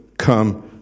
Come